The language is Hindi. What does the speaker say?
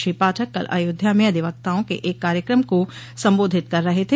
श्री पाठक कल अयोध्या में अधिवक्ताओं के एक कार्यक्रम को संबोधित कर रहे थे